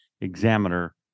Examiner